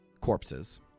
corpses